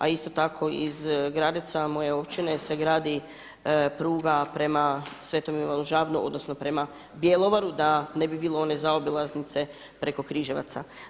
A isto tako iz Gradeca, moje općine se gradi pruga prema Svetom Ivanu Žabno, odnosno prema Bjelovaru da ne bi bilo one zaobilaznice preko Križevaca.